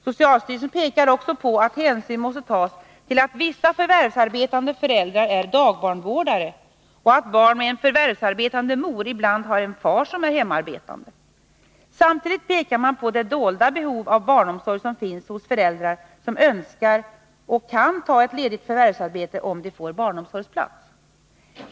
Socialstyrelsen pekar också på att hänsyn måste tas till att vissa förvärvsarbetande föräldrar är dagbarnvårdare och att barn med en förvärvsarbetande mor ibland har en far som är hemarbetande. Samtidigt pekar man på det dolda behov av barnomsorg som finns hos föräldrar som önskar och kan ta ett ledigt förvärvsarbete, om de får barnomsorgsplats.